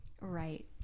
right